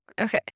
okay